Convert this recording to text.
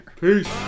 Peace